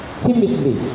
timidly